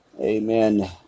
amen